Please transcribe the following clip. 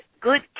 good